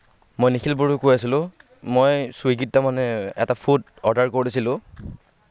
মই নিখিল বড়োৱে কৈ আছিলোঁ মই চুইগীত তাৰমানে এটা ফুড অৰ্ডাৰ কৰিছিলোঁ